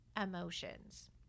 emotions